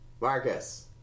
Marcus